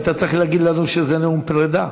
היית צריך להגיד לנו שזה נאום פרידה.